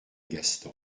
gaston